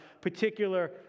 particular